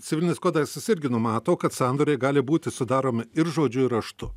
civilinis kodeksas irgi numato kad sandoriai gali būti sudaromi ir žodžiu raštu